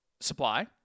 supply